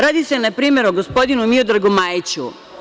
Radi se, na primer, o gospodinu Miodragu Majiću.